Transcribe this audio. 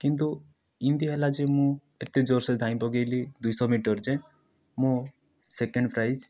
କିନ୍ତୁ ଏମିତି ହେଲା ଯେ ମୁ ଏତେ ଜୋରସେ ଧାଇଁ ପକେଇଲି ଦୁଇଶହ ମିଟର ଯେ ମୁ ସେକେଣ୍ଡ ପ୍ରାଇଜ